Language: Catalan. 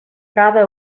cada